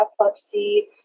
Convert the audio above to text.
epilepsy